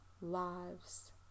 lives